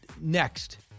next